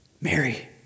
Mary